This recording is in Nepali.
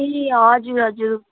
ए हजुर हजुर